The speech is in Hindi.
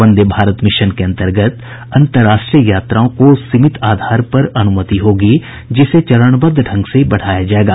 वंदे भारत मिशन के अंतर्गत अंतर्राष्ट्रीय यात्राओं को सीमित आधार पर अनुमति होगी जिसे चरणबद्ध ढंग से बढाया जाएगा